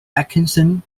atkinson